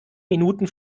minuten